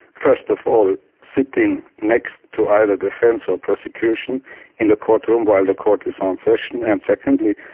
first of all sitting next to either defence or prosecution in the court room while the court is on session. and secondly,